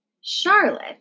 Charlotte